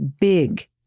big